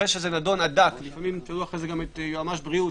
אחרי שזה נדון עד דק תשאלו גם את יועמ"ש בריאות,